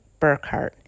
Burkhart